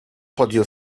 podjął